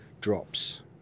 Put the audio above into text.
drops